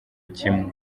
kimwe